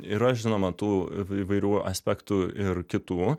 yra žinoma tų įvairių aspektų ir kitų